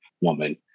woman